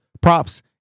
props